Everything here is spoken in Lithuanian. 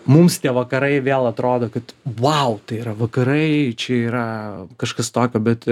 mums tie vakarai vėl atrodo kad vau tai yra vakarai čia yra kažkas tokio bet